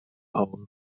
pole